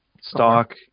Stock